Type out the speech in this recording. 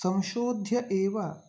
संशोध्य एव